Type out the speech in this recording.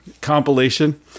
compilation